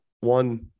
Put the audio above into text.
One